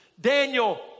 Daniel